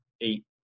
eight